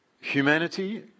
Humanity